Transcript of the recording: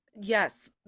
Yes